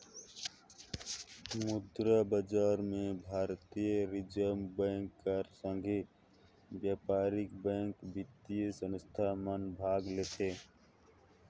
मुद्रा बजार में भारतीय रिजर्व बेंक कर संघे बयपारिक बेंक, बित्तीय संस्था मन भाग लेथें